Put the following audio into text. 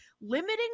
limiting